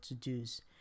to-dos